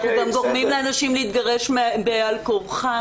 אנחנו גם גורמים לאנשים להתגרש בעל כורחם